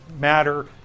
matter